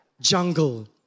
jungle